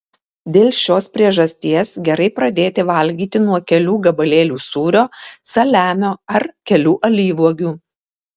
dėl šios priežasties gerai pradėti valgyti nuo kelių gabalėlių sūrio saliamio ar kelių alyvuogių